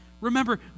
Remember